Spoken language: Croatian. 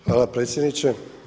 Hvala predsjedniče.